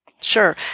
Sure